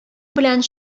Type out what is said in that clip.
белән